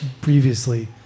previously